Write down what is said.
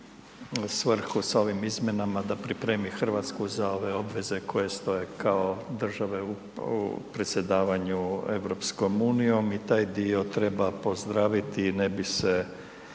svrhu sa ovim izmjenama da pripremi Hrvatsku za ove obveze koje stoje kao države u predsjedavanju Europskom unijom, i taj dio treba pozdraviti i ne bi se